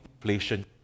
inflation